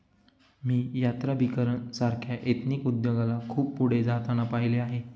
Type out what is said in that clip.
मी यात्राभिकरण सारख्या एथनिक उद्योगाला खूप पुढे जाताना पाहिले आहे